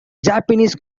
japanese